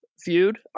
feud